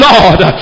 Lord